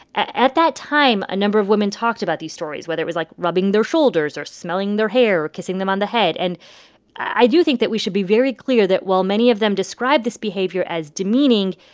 at that time, a number of women talked about these stories, whether it was like rubbing their shoulders or smelling their hair or kissing them on the head. and i do think that we should be very clear that while many of them described this behavior as demeaning,